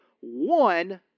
one